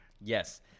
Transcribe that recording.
Yes